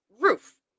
roof